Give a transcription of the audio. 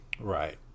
right